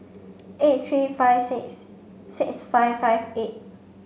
eight three five six six five five eight